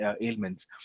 ailments